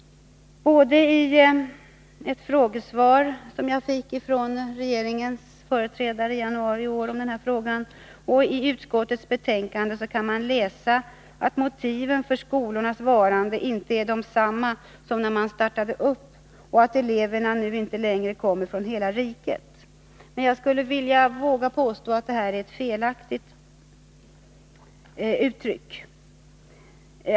Det sades i ett frågesvar som jag fick från regeringens företrädare i januari i år och det står också att läsa i utskottets betänkande, att motiven för skolornas bevarande inte är desamma som när de startade och att eleverna nu inte längre kommer från hela riket, men jag vågar påstå att detta är en felaktig beskrivning.